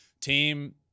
team